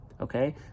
Okay